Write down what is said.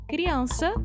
criança